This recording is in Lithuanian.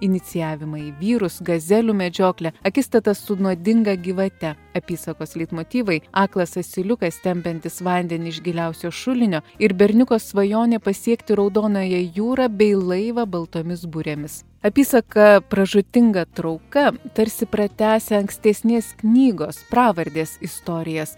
inicijavimą į vyrus gazelių medžioklę akistatą su nuodinga gyvate apysakos leitmotyvai aklas asiliukas tempiantis vandenį iš giliausio šulinio ir berniuko svajonė pasiekti raudonąją jūrą bei laivą baltomis burėmis apysaka pražūtinga trauka tarsi pratęsia ankstesnės knygos pravardės istorijas